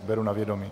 Beru na vědomí.